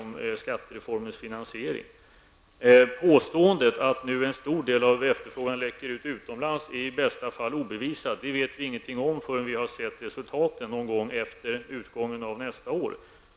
Påståendet att en stor del av efterfrågan läcker ut utomlands är i bästa fall obevisat. Det vet vi ingenting om förrän vi har sett resultatet någon gång efter utgången av nästa år.